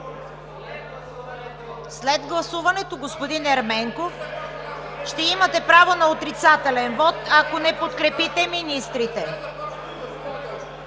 След гласуването, господин Ерменков, ще имате право на отрицателен вот, ако не подкрепите министрите.